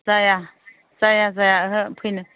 जाया जाया जाया ओहो फैनो